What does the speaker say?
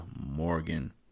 Morgan